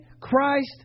Christ